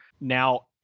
now